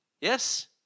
Yes